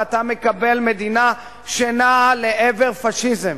ואתה מקבל מדינה שנעה לעבר פאשיזם.